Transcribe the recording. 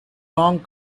long